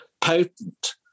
potent